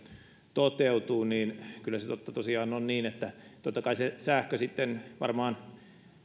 toteutuu kyllä se totta tosiaan on niin että totta kai se sähkö sitten varmaan